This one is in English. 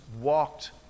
walked